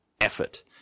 effort